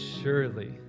surely